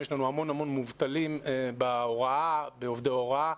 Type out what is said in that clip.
יש לנו המון מובטלים בקרב עובדי ההוראה.